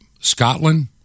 Scotland